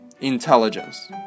intelligence